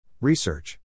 Research